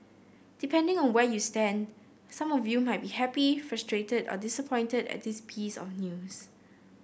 depending on where you stand some of you might be happy frustrated or disappointed at this piece of news